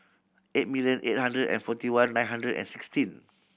eight million eight hundred and forty one nine hundred and sixteen